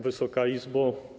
Wysoka Izbo!